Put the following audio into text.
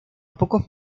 pocos